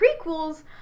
prequels